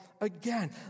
again